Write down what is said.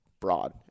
broad